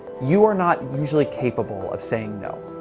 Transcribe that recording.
you are not usually capable of saying, no.